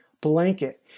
blanket